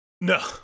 No